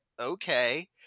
okay